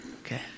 Okay